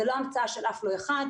זו לא המצאה של אף אחד,